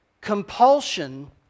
Compulsion